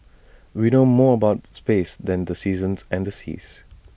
we know more about space than the seasons and the seas